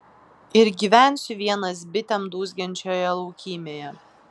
ir gyvensiu vienas bitėm dūzgiančioje laukymėje